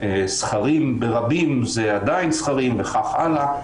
ו"זכרים ברבים זה עדיין זכרים" וכך הלאה,